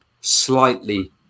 slightly